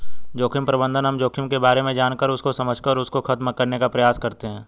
जोखिम प्रबंधन हम जोखिम के बारे में जानकर उसको समझकर उसको खत्म करने का प्रयास करते हैं